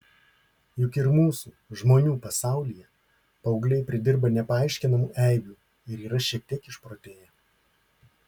juk ir mūsų žmonių pasaulyje paaugliai pridirba nepaaiškinamų eibių ir yra šiek tiek išprotėję